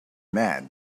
mad